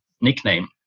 nickname